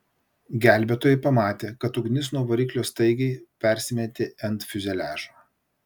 gelbėtojai pamatė kad ugnis nuo variklio staigiai persimetė ant fiuzeliažo